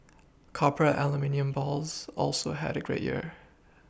copper and aluminium bulls also had a great year